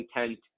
intent